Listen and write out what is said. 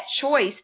choice